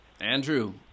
Andrew